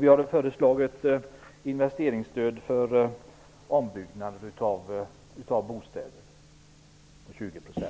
Vi har föreslagit ett investeringsstöd för ombyggnader av bostäder på 20 %.